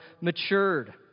matured